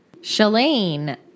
Shalane